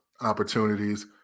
opportunities